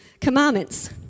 commandments